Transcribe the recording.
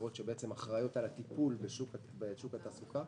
ואחרות שאחראיות על הטיפול בשוק התעסוקה.